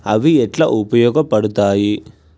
అవి ఎట్లా ఉపయోగ పడతాయి?